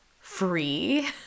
free